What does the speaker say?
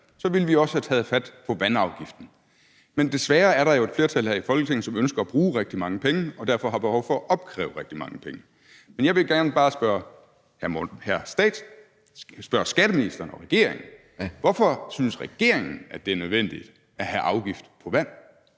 ville vi også have taget fat på vandafgiften. Men desværre er der jo et flertal her i Folketinget, som ønsker at bruge rigtig mange penge, og som derfor har behov for at opkræve rigtig mange penge. Men jeg vil bare gerne spørge skatteministeren og regeringen: Hvorfor synes regeringen, at det er nødvendigt at have afgift på vand?